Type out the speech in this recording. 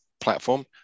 platform